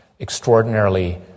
extraordinarily